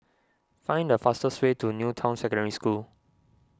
find the fastest way to New Town Secondary School